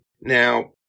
Now